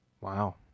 Wow